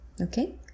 okay